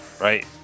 right